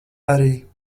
arī